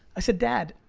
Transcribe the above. i said, dad,